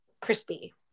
crispy